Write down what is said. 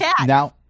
now